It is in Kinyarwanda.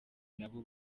nabo